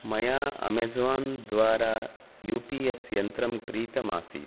मया अमेज़ान् द्वारा U P S यन्त्रं क्रीतमासीत्